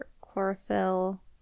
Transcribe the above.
chlorophyll